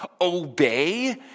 Obey